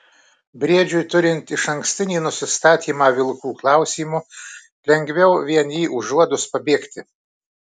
briedžiui turint išankstinį nusistatymą vilkų klausimu lengviau vien jį užuodus pabėgti